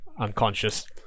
unconscious